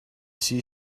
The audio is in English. see